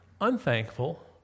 unthankful